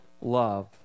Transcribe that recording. love